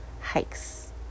hikes